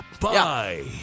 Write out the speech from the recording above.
Bye